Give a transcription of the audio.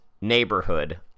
neighborhood